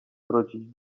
wrócić